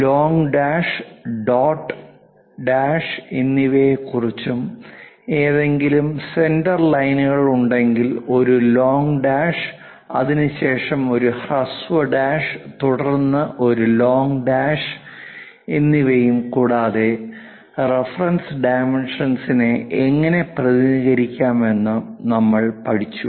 long dash dot dash എന്നിവയെ കുറിച്ചും ഏതെങ്കിലും സെന്റർ ലൈനുകൾ ഉണ്ടെങ്കിൽ ഒരു ലോംഗ് ഡാഷ് അതിനുശേഷം ഒരു ഹ്രസ്വ ഡാഷ് തുടർന്ന് ഒരു ലോംഗ് ഡാഷ് എന്നിവയും കൂടാതെ റഫറൻസ് ഡൈമെൻഷൻസ്നെ എങ്ങനെ പ്രതിനിധീകരിക്കാമെന്ന് നമ്മൾ പഠിച്ചു